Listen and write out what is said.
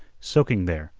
soaking there,